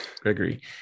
Gregory